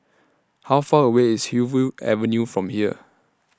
How Far away IS Hillview Avenue from here